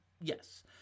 yes